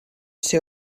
ser